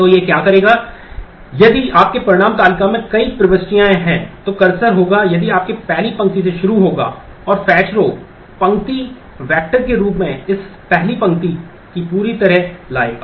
तो यह क्या करेगा कि यदि आपके परिणाम तालिका में कई प्रविष्टियां हैं तो कर्सर होगा यदि पहली पंक्ति से शुरू होगा और fetchrow पंक्ति वेक्टर के रूप में इस पहली पंक्ति की पूरी तरह लाएगा